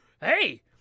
Hey